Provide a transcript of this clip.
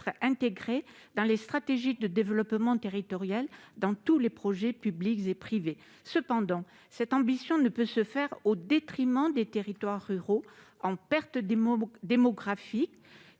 intégré dans la stratégie de développement territorial de tous les projets publics et privés. Toutefois, cette ambition ne saurait être mise en oeuvre au détriment des territoires ruraux en perte démographique.